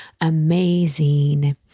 amazing